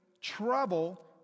trouble